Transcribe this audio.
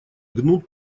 гнут